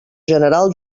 general